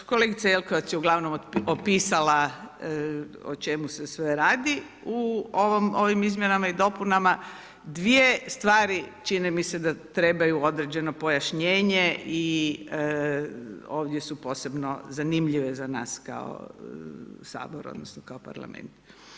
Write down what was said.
Kolegica Jelkovac je uglavnom opisala o čemu se sve radi u ovim izmjenama i dopunama, dvije stvari čini mi se da trebaju određeno pojašnjenje i ovdje su posebno zanimljive za nas kao Sabor odnosno kao parlament.